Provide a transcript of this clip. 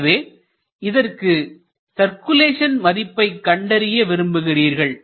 எனவே இதற்கு சர்க்குலேஷன் மதிப்பை கண்டறிய விரும்புகிறீர்கள்